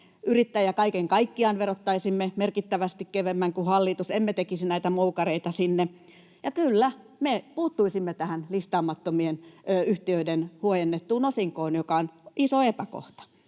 Yrittäjiä kaiken kaikkiaan verottaisimme merkittävästi kevyemmin kuin hallitus — emme tekisi näitä moukareita sinne. Ja kyllä, me puuttuisimme tähän listaamattomien yhtiöiden huojennettuun osinkoon, joka on iso epäkohta.